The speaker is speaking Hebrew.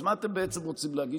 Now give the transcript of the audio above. מה אתם רוצים להגיד,